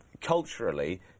culturally